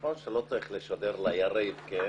נכון שלא צריך לשדר ליריב אבל